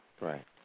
Right